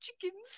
chickens